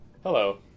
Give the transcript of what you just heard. Hello